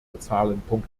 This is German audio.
bezahlen